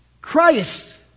Christ